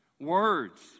Words